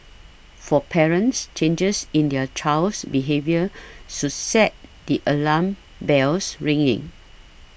for parents changes in their child's behaviour should set the alarm bells ringing